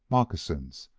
moccasins,